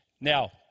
Now